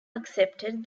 accepted